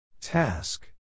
Task